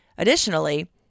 Additionally